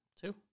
Two